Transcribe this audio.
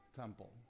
temple